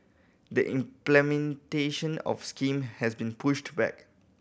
the implementation of the scheme has been pushed back